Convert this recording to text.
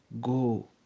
Go